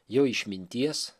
jo išminties